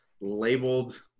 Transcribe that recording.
labeled